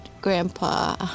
grandpa